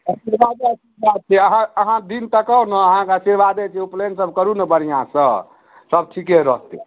आशीर्वादे आशीर्वाद छै अहाँ अहाँ दिन तकाउ ने अहाँके आशीर्वादे छै उपनयन सभ करू ने बढ़िआँ सँ सभ ठीके रहतै